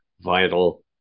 vital